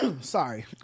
Sorry